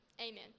Amen